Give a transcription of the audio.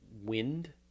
wind